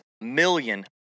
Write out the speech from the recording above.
million